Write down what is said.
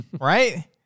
right